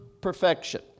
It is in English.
perfection